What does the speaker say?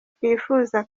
twifuza